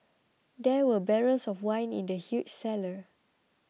there were barrels of wine in the huge cellar